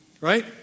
Right